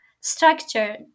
structure